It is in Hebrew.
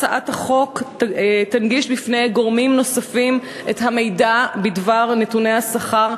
הצעת החוק תנגיש בפני גורמים נוספים את המידע בדבר נתוני השכר.